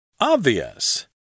Obvious